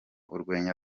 urwenya